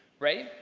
right?